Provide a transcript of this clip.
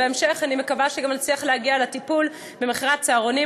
בהמשך אני מקווה שגם נצליח להגיע לטיפול במחירי הצהרונים,